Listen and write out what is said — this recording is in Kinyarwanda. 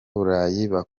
bwongereza